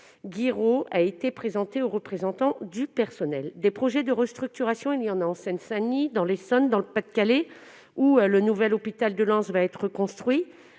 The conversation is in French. Paul-Guiraud a été présenté aux représentants du personnel. Des projets de restructuration existent aussi en Seine-Saint-Denis, dans l'Essonne ou dans le Pas-de-Calais, où le nouvel hôpital de Lens va être construit